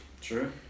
True